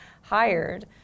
hired